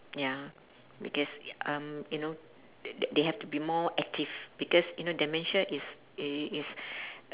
ya because um you know th~ they have to be more active because you know dementia is it is is